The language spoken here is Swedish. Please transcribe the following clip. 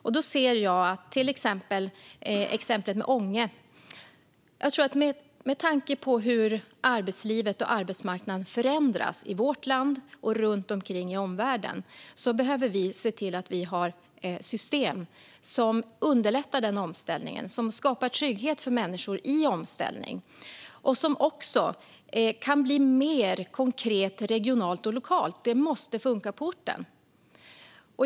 När det gäller exemplet med Ånge menar jag att med tanke på hur arbetslivet och arbetsmarknaden förändras i vårt land och runt omkring i omvärlden behöver vi ha system som underlättar omställningen och skapar trygghet för människor i omställning och som också kan bli mer konkret regionalt och lokalt. Det måste funka på orten.